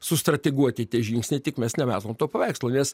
sustrateguoti tie žingsniai tik mes nemetom to paveikslo nes